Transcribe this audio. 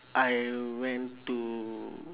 I went to